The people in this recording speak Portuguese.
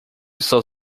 está